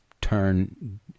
turn